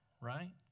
right